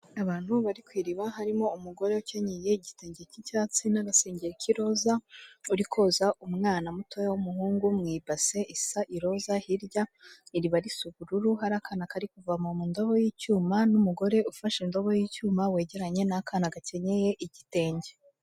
Abantu bari ku iriba harimo umugore ukenyeye igitenge cy'icyatsi n'agasenge k'iroza uri koza umwana muto w'umuhungu mu ipase isa iroza, hirya iriba risa ubururu hari akana kari kuvoma mu ndobo y'icyuma n'umugore ufashe indobo y'icyuma wegeranye n'akana gakenyeye igitenge.